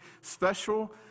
special